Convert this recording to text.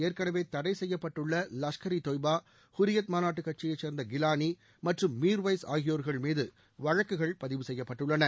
ஏற்கெனவே தடை செய்யப்பட்டுள்ள லஷ்கர் இ தொய்பா ஹுரியத் மாநாட்டு கட்சியைச் சேர்ந்த கிவானி மற்றும் மீர்வய்ஸ் ஆகியோர்கள் மீது வழக்குகள் பதிவு செய்யப்பட்டுள்ளன